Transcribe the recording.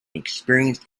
experienced